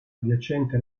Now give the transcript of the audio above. adiacente